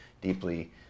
deeply